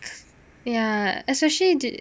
ya especially dur~